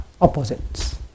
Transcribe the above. opposites